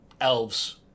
elves